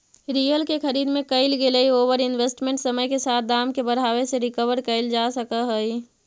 real के खरीद में कईल गेलई ओवर इन्वेस्टमेंट समय के साथ दाम के बढ़ावे से रिकवर कईल जा सकऽ हई